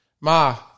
Ma